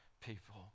people